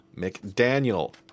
McDaniel